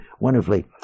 wonderfully